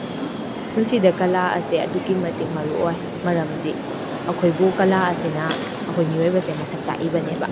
ꯄꯨꯟꯁꯤꯗ ꯀꯥꯂꯥ ꯑꯁꯦ ꯑꯗꯨꯛꯀꯤ ꯃꯇꯤꯛ ꯃꯔꯨ ꯑꯣꯏ ꯃꯔꯝꯗꯤ ꯑꯩꯈꯣꯏꯕꯨ ꯀꯥꯂꯥ ꯑꯁꯤꯅ ꯑꯩꯈꯣꯏ ꯃꯤꯑꯣꯏꯕꯁꯦ ꯃꯁꯛ ꯇꯥꯛꯂꯤꯕꯅꯦꯕ